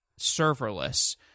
serverless